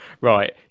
Right